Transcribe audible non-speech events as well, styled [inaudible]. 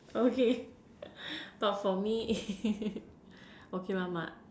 okay [noise] but for me [laughs] okay lah my